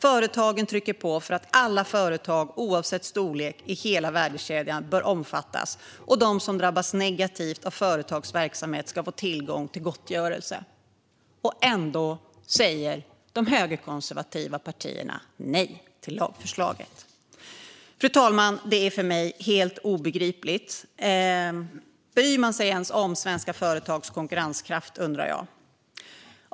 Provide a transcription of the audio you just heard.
Företagen trycker på för att alla företag oavsett storlek i hela värdekedjan ska omfattas, och de som drabbas negativt av företags verksamhet ska få tillgång till gottgörelse. Ändå säger de högerkonservativa partierna nej till lagförslaget. Fru talman! Det är för mig helt obegripligt. Bryr man sig ens om svenska företags konkurrenskraft, undrar jag.